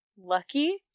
Lucky